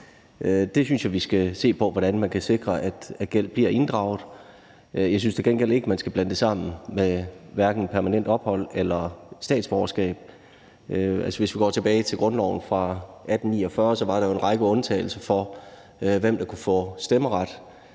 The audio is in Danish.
Jeg synes, vi skal se på, hvordan man kan sikre, at gæld bliver indkrævet. Jeg synes til gengæld ikke, man skal blande det sammen med hverken permanent ophold eller statsborgerskab. Hvis vi går tilbage til grundloven fra 1849, var der jo en række undtagelser for, hvem der kunne få stemmeret.